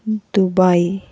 Dubai